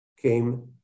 came